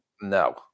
No